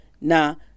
now